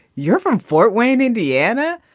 you're from fort wayne, indiana.